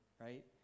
right